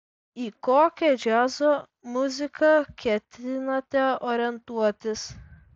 į kokią džiazo muziką ketinate orientuotis